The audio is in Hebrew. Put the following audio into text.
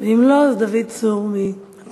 ואם לא, אז דוד צור מהתנועה.